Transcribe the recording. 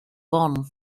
bonn